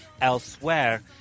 elsewhere